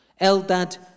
Eldad